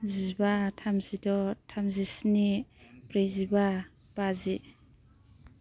जिबा थामजिद' थामजिस्नि ब्रैजिबा बाजि